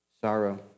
sorrow